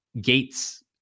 gates